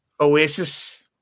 Oasis